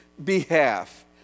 behalf